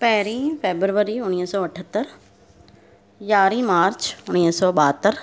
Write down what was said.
पहिरीं फेबरवरी उणिवीह सौ अठहतरि यारहीं मार्च उणिवीह सौ ॿाहतरि